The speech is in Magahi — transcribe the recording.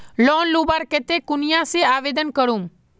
लोन लुबार केते कुनियाँ से आवेदन करूम?